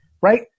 Right